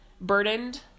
burdened